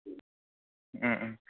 Om Om